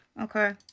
Okay